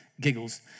giggles